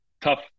tough